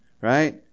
Right